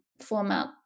format